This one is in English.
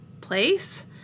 place